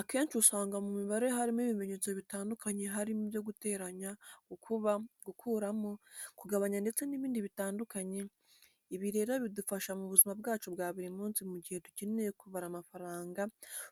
Akenshi usanga mu mibare harimo ibimenyetso bitandukanye harimo ibyo guteranya, gukuba, gukuramo, kugabanya ndetse n'ibindi bitandukanye, ibi rero bidufasha mu buzima bwacu bwa buri munsi mu gihe dukeneye kubara amafaranga